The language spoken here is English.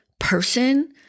person